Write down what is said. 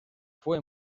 fue